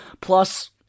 plus